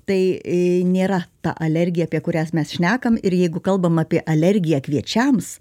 tai a nėra ta alergija apie kurias mes šnekam ir jeigu kalbam apie alergiją kviečiams